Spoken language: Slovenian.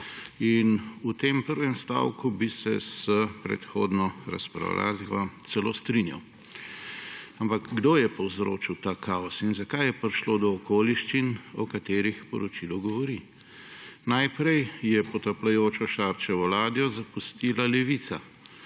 V tem prvem stavku bi se s predhodno razpravljavko celo strinjal. Ampak kdo je povzročil ta kaos in zakaj je prišlo do okoliščin, o katerih poročilo govori? Najprej je potapljajočo se Šarčevo ladjo zapustila Levica.